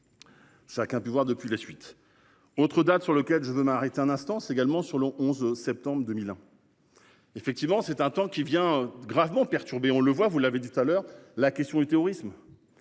Chacun a pu voir depuis la suite. Autres dates sur lequel je veux m'arrêter un instant s'également sur le 11 septembre 2001. Effectivement c'est un temps qui vient, gravement perturbé, on le voit, vous l'avez dit tout à l'heure la question du terrorisme.